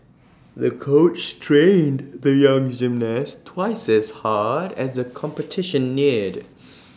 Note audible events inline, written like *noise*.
the coach trained the young gymnast twice as hard as the *noise* competition neared *noise*